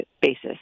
basis